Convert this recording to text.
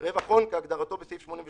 גם מה שאמר חבר הכנסת קרעי לגבי הנושא של